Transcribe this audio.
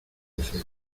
cero